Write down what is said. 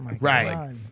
right